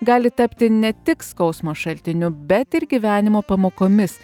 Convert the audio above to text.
gali tapti ne tik skausmo šaltiniu bet ir gyvenimo pamokomis